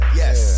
yes